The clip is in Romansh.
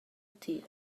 tir